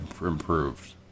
improved